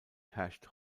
herrscht